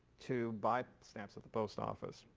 to buy stamps at the post office.